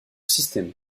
système